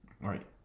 Right